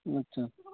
আচ্ছা